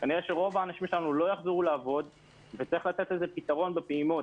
כנראה שרוב האנשים שלנו לא יחזרו לעבוד וצריך לתת לזה פתרון בפעימות.